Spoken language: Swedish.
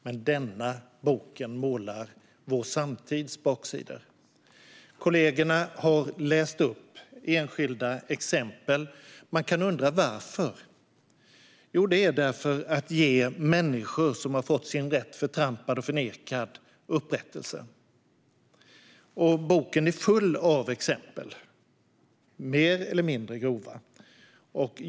Men denna bok målar vår samtids baksidor. Mina kollegor har läst upp enskilda exempel. Man kan undra varför. Jo, det är därför att man ska ge människor som har fått sin rätt förtrampad och förnekad upprättelse. Boken är full av exempel, som är mer eller mindre grova.